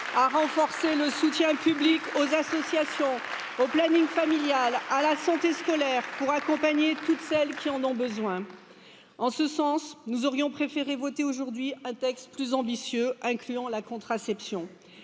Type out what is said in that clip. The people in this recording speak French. à renforcer le soutien public, aux associations, au planning familial, à la santé scolaire, pour accompagner toutes celles qui en ont besoin. En ce sens, nous aurions préféré voter plus ambitieux incluant la contraception